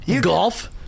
Golf